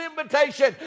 invitation